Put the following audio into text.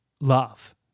love